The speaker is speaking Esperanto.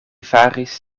faris